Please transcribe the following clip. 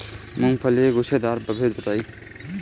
मूँगफली के गूछेदार प्रभेद बताई?